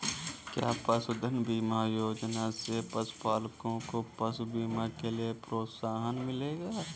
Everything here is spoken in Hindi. क्या पशुधन बीमा योजना से पशुपालकों को पशु बीमा के लिए प्रोत्साहन मिलेगा?